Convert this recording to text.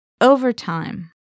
Overtime